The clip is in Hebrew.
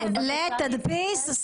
לתדפיס,